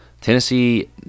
Tennessee